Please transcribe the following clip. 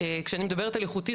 כשאני מדברת על איכותי,